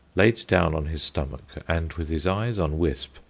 lay down on his stomach, and, with his eyes on wisp,